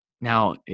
now